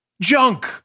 Junk